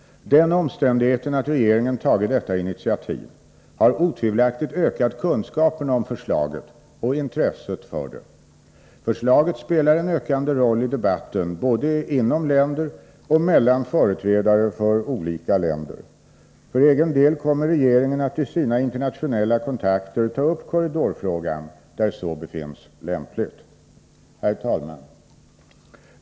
Den omständigheten att regeringen tagit detta initiativ har otvivelaktigt ökat kunskaperna om förslaget och intresset för det. Förslaget spelar en ökande roll i debatten, både inom länder och mellan företrädare för olika länder. För egen del kommer regeringen att i sina internationella kontakter ta upp korridorfrågan, där så befinnes lämpligt. Herr talman!